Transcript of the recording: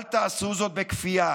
אל תעשו זאת בכפייה